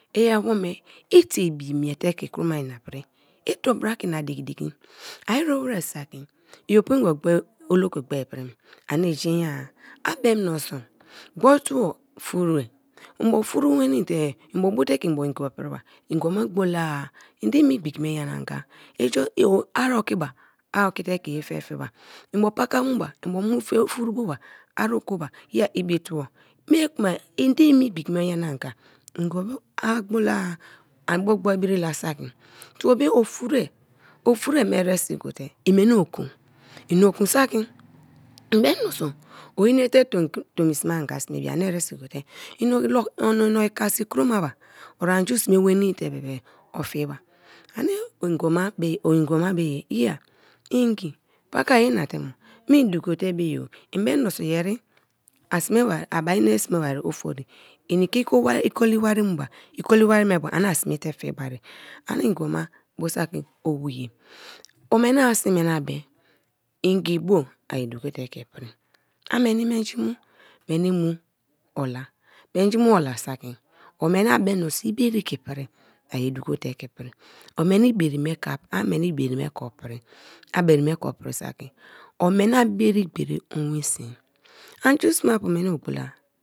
L awome i tieibi mie te ke kuroma ina pri? Ito bra ke ina diki diko, l ru wra saki i opungibo gberi oloko gbe prim ani jenya-a a bem minso gbo tuo furem bo furunweni te mbo botevkebmbo naibo priba ngibo me gbola-a ende me igi bo me gbola a endeme igbiki me nyana anga ari ki ba ari ki te ke ye fe fi ba mbo pakamu ba mbo mu furu bo ba ari kwu ba iya ibi tuo, mi kuma ende i nne gbiki me nyana anha ngibo me ai gbola-a an bu gbo biri la saki tuo be ofuru e ofure-e me eresi gote rem mini okun i ini okun saki ebe minisco on ne te sme onga sme bia ani eresi go te ini olo ono no kasi kro ma ba o anju sme nueni te ofuba anic o c ngibo ma bee iya ngi pakaye inate mo me i du kote me ye-o i beni miniso yeri a sme bari, en sme bara ofori inic ke ikolic wari mu ba ikdi wari be mo ani sme te fubari ani nghibo ma bo saki owuye oweni asin meni a be ngi bo aya duko te ke i pri a misic menhji mu meni mu ola menji mu ola saki o meni a bee mihniso i bere kepri a ye duko te kei pri o meni bere me ke a meni bere me ko pri a bere me ke pri saki o meni a bere gberi owin sini, anju sme pu meni o gbola